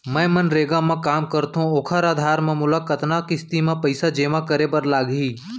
मैं मनरेगा म काम करथो, ओखर आधार म मोला कतना किस्ती म पइसा जेमा करे बर लागही?